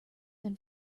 than